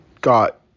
got